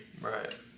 Right